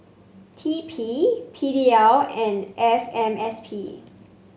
T P P D L and F M S P